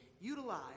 utilize